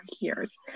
years